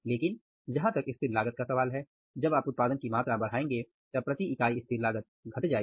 लेकिन जहां तक स्थिर लागत का सवाल है जब आप उत्पादन की मात्रा बढ़ायेंगे तब प्रति इकाई स्थिर लागत घट जाएगी